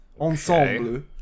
ensemble